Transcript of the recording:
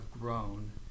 grown